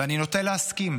ואני נוטה להסכים.